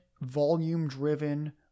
volume-driven